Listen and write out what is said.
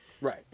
Right